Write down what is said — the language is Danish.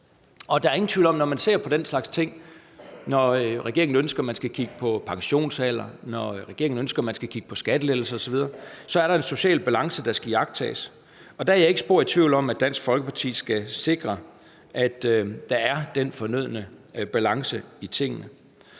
Der er ingen tvivl om, at når man ser på den slags ting; når regeringen ønsker, man skal kigge på pensionsalder; når regeringen ønsker, man skal kigge på skattelettelser osv., så er der en social balance, der skal iagttages, og der er jeg ikke spor i tvivl om, at Dansk Folkeparti skal sikre, at der er den fornødne balance i tingene.